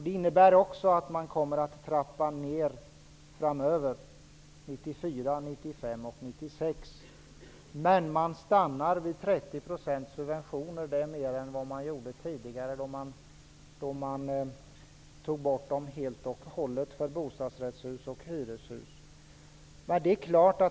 Det innebär också att man kommer att trappa ned 1994, 1995 och 1996, men man stannar vid 30 % subventioner -- det är mer än vad man gjorde tidigare, då man tog bort dem helt och hållet för bostadsrättshus och hyreshus.